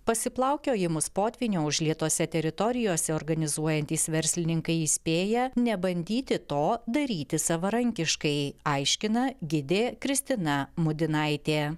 pasiplaukiojimus potvynio užlietose teritorijose organizuojantys verslininkai įspėja nebandyti to daryti savarankiškai aiškina gidė kristina mudinaitė